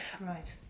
Right